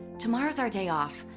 tomorrow's our day off.